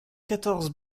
quatorze